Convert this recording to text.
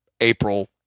April